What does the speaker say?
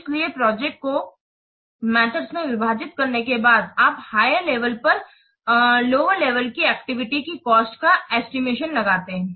इसलिए प्रोजेक्ट को गतिमेथड में विभाजित करने के बाद आप हायर लेवल पर हर लोअर लेवल की एक्टिविटी की कॉस्ट का एस्टिमेशन लगाते हैं